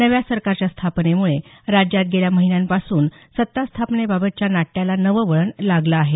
नव्या सरकारच्या स्थापनेमुळे राज्यात गेल्या महिन्यांपासून सत्तास्थापनेबाबतच्या नाट्याला नवे वळण लागले आहे